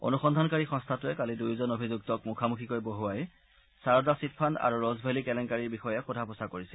অনুসন্ধানকাৰী সংস্থাটোৱে কালি দুয়োজন অভিযুক্তক মুখামুখিকৈ বহুৱাই সাৰদা চীটফাণ্ড আৰু ৰজভেলী কেলেংকাৰীৰ বিষয়ে সোধা পোছা কৰিছিল